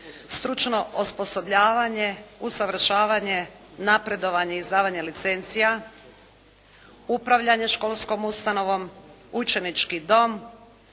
Stručno osposobljavanje, usavršavanje, napredovanje i izdavanje licencija, Upravljanje školskom ustanovom, Učenički dom,